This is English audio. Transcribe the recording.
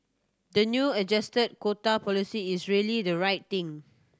the new adjusted quota policy is really the right thing